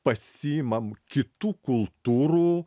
pasiimam kitų kultūrų